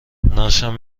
نقشم